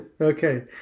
Okay